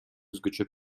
өзгөчө